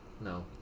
No